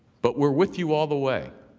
but we are with you all the way.